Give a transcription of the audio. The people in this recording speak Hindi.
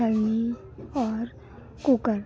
छलनी और कुकर